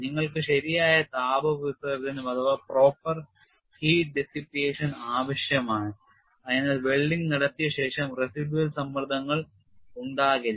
നിങ്ങൾക്ക് ശരിയായ താപ വിസർജ്ജനം ആവശ്യമാണ് അതിനാൽ വെൽഡിംഗ് നടത്തിയ ശേഷം residual സമ്മർദ്ദങ്ങൾ ഉണ്ടാകില്ല